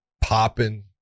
popping